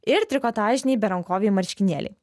ir trikotažiniai berankoviai marškinėliai